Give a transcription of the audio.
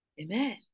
Amen